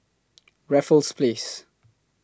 Raffles Place